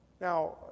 Now